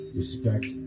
respect